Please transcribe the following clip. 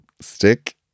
stick